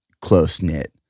close-knit